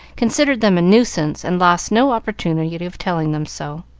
considered them a nuisance and lost no opportunity of telling them so.